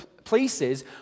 places